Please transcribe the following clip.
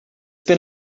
been